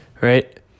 Right